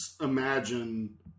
imagine